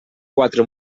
quatre